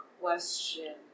question